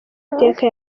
mateka